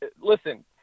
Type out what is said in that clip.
Listen